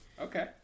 okay